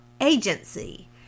agency